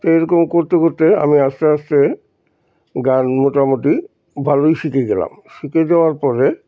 তো এরকম করতে করতে আমি আস্তে আস্তে গান মোটামুটি ভালোই শিখে গেলাম শিখে যাওয়ার পরে